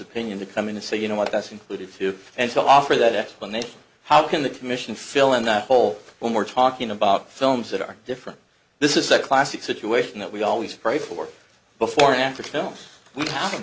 opinion to come in and say you know what that's included too and to offer that explanation how can the commission fill in that hole when we're talking about films that are different this is a classic situation that we always pray for before and after films we